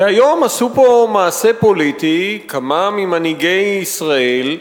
כי היום עשו פה מעשה פוליטי, כמה ממנהיגי ישראל,